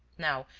now,